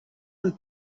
and